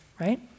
right